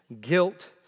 guilt